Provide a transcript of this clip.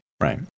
right